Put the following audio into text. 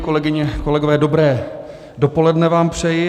Kolegyně, kolegové, dobré dopoledne vám přeji.